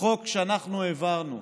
חוק שאנחנו העברנו,